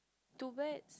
two bird